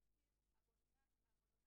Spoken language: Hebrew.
לעבור.